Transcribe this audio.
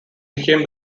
became